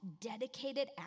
dedicated